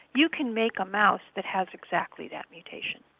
you can make a mouse that has exactly that mutation,